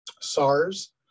SARS